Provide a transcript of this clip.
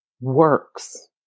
works